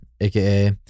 aka